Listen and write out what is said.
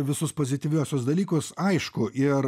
visus pozityviuosius dalykus aišku ir